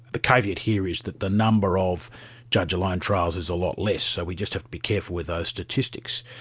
the caveat here is that the number of judge-alone trials is a lot less, so we just have to be careful with those statistics.